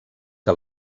que